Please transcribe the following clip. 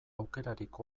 aukerarik